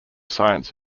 science